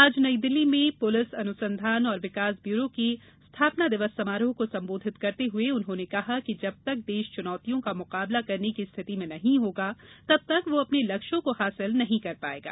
आज नई दिल्ली में पुलिस अनुसंधान और विकास ब्यूरो के स्थापना दिवस समारोह को संबोधित करते हुए उन्होंने कहा कि जब तक देश चुनौतियों का मुकाबला करने की स्थिति में नहीं होगा तब तक वह अपने लक्ष्यों को हासिल नहीं कर पाएगा